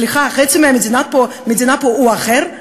סליחה, חצי מהמדינה פה הוא אחר.